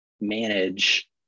manage